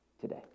today